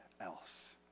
else